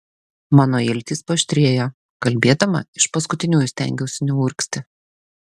mano iltys paaštrėjo kalbėdama iš paskutiniųjų stengiausi neurgzti